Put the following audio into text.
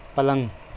پلنگ